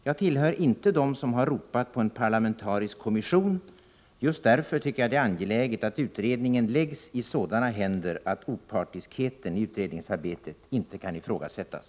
Jag tillhör inte dem som har ropat på en parlamentarisk kommission, men just därför tycker jag att det är angeläget att utredningen läggs i sådana händer att opartiskheten i utredningsarbetet inte kan ifrågasättas.